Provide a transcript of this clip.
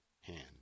hand